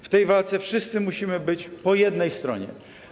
W tej walce wszyscy musimy być po jednej stronie.